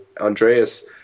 Andreas